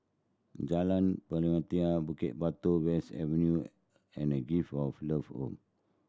Jalan Pelatina Bukit Batok West Avenue and Gift of Love Home